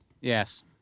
Yes